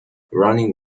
running